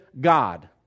God